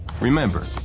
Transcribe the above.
Remember